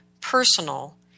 personal